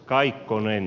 kaikkonen